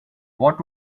what